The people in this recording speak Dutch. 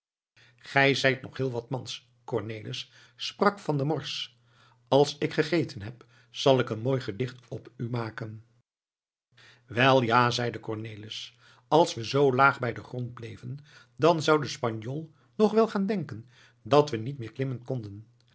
gij zijt nog heel wat mans cornelis sprak van der morsch als ik gegeten heb zal ik een mooi gedicht op u maken wel ja zeide cornelis als we zoo laag bij den grond bleven dan zou de spanjool nog wel gaan denken dat we niet meer klimmen konden